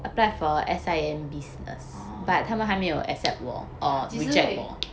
oh 几时会